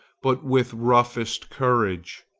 but with roughest courage.